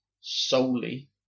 solely